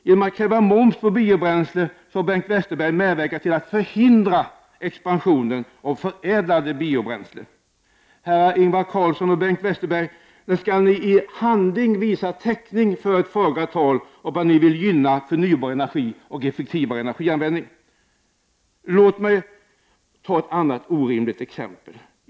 Genom att kräva moms på biobränslen har Bengt Westerberg medverkat till att förhindra en expansion av förädlade biobränslen. Herrar Ingvar Carlsson och Bengt Westerberg, när skall ni i handling visa att det finns täckning för ert fagra tal om att ni vill gynna förnybar energi och effektivare energianvändning? Låt mig ta ett annat orimligt exempel.